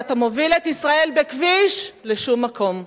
ואתה מוביל את ישראל בכביש לשום מקום.